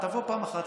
תבוא פעם אחת,